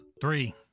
Three